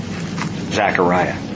Zechariah